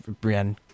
Brienne